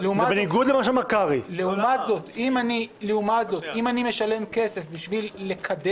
יתרה מזאת, החשוב הוא לא מי שישים 100